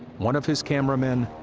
one of his cameramen,